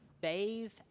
Bathe